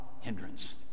hindrance